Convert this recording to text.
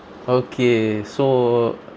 okay so